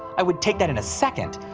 i would take that in a second.